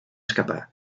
escapar